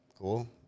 Cool